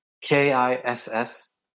K-I-S-S